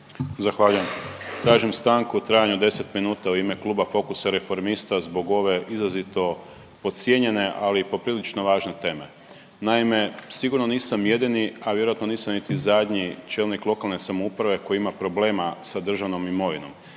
Zahvaljujem. Tražim stanku u trajanju od 10 minuta u ime Kluba Fokusa i Reformista zbog ove izrazito podcijenjene ali i poprilično važne teme. Naime, sigurno nisam jedini, a vjerojatno nisam niti zadnji čelnik lokalne samouprave koji ima problema sa državnom imovinom